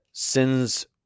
sin's